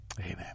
Amen